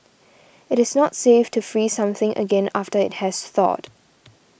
it is not safe to freeze something again after it has thawed